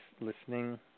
listening